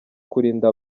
kurinda